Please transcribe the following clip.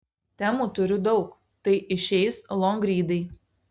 temų turiu daug tai išeis longrydai